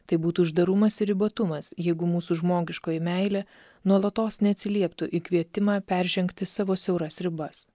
tai būtų uždarumas ir ribotumas jeigu mūsų žmogiškoji meilė nuolatos neatsilieptų į kvietimą peržengti savo siauras ribas